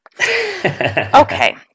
Okay